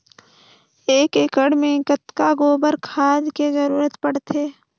एक एकड़ मे कतका गोबर खाद के जरूरत पड़थे?